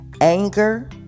anger